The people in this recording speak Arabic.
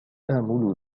آمل